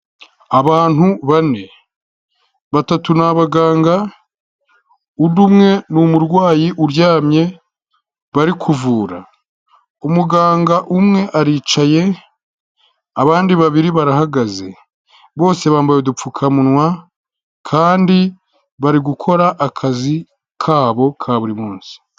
Abantu bane, batatu ni abaganga, undi umwe ni umurwayi uryamye bari kuvura, umuganga umwe aricaye, abandi babiri barahagaze bose bambaye udupfukamunwa kandi bari gukora akazi kabo ka buri munsi.